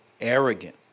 arrogant